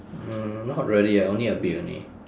mm not really ah only a bit only